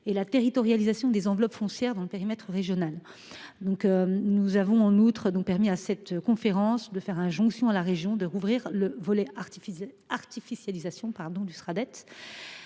de la territorialisation des enveloppes foncières dans le périmètre régional. Nous avons de plus permis à ces conférences d’enjoindre aux régions de rouvrir le volet artificialisation du Sraddet.